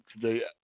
today